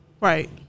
Right